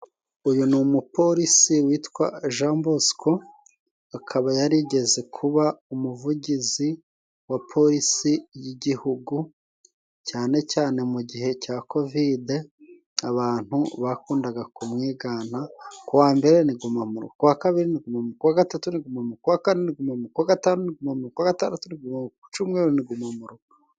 Uyu ni umuporisi witwa Ja Bosiko, akaba yarigeze kuba umuvugizi wa porisi y'igihugu cyane cyane mu gihe cya Kovide, abantu bakundaga kumwigana "ku wa mbere ni guma mu rugo, ku wa kabiri ni guma mu rugo, kuwa gatatu ni guma mu rugo, kuwa kane ni guma mu rugo kuwa gatandatu ni guma mu rugo, ku cumweru ni guma mu rugo."